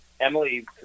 Emily